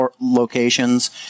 locations